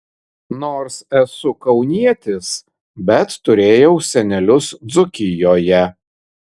nors esu kaunietis bet turėjau senelius dzūkijoje